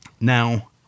Now